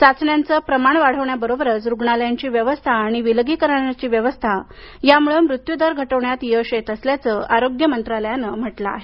चाचण्यांचे प्रमाण वाढवण्याबरोबरच रुग्णालयांची व्यवस्था आणि विलगीकरणाची व्यवस्था यामुळे मृत्यूदर घटवण्यात यश येत असल्याचं आरोग्य मंत्रालयानं म्हटलं आहे